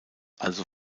also